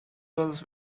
girls